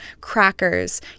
crackers